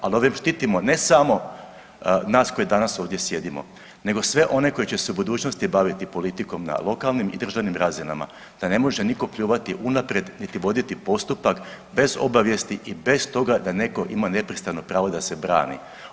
Ali ovim štitimo ne samo nas koji danas ovdje sjedimo, nego sve one koji će se u budućnosti baviti politikom na lokalnim i državnim razinama da ne može nitko pljuvati unaprijed, niti voditi postupak bez obavijesti i bez toga da netko ima nepristrano pravo da se brani.